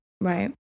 Right